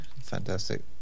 Fantastic